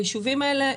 והיישובים האלה,